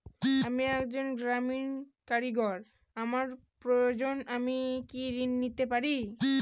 আমি একজন গ্রামীণ কারিগর আমার প্রয়োজনৃ আমি কি ঋণ পেতে পারি?